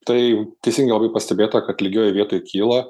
tai teisingai labai pastebėta kad lygioj vietoj kyla